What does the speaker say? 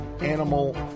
animal